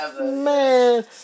Man